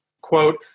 quote